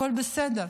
הכול בסדר,